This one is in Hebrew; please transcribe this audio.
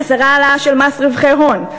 חסרה העלאה של מס רווחי הון,